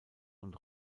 und